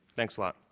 thanks a lot.